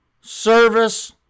service